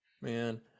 Man